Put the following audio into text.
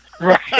Right